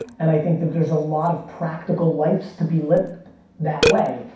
and i think there's a lot of practical lives to be lived that way.